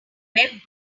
web